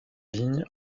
ligne